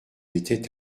était